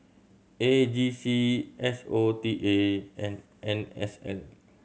A G C S O T A and N S L